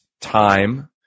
time